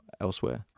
elsewhere